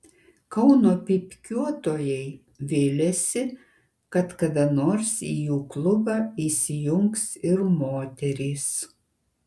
kauno pypkiuotojai viliasi kad kada nors į jų klubą įsijungs ir moterys